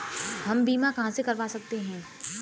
हम बीमा कहां से करवा सकते हैं?